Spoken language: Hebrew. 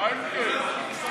בסדר-היום לא נתקבלה.